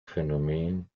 phänomen